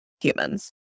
humans